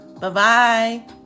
Bye-bye